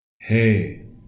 hey